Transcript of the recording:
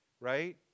right